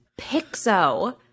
Pixo –